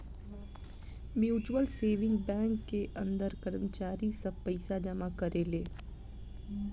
mutual saving bank के अंदर कर्मचारी सब पइसा जमा करेले